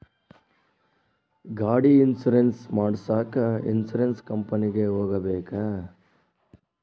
ಗಾಡಿ ಇನ್ಸುರೆನ್ಸ್ ಮಾಡಸಾಕ ಇನ್ಸುರೆನ್ಸ್ ಕಂಪನಿಗೆ ಹೋಗಬೇಕಾ?